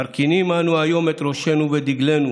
מרכינים אנו היום את ראשנו ודגלנו